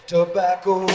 Tobacco